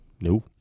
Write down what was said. No